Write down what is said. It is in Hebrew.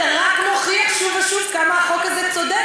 אתה רק מוכיח שוב ושוב כמה החוק הזה צודק.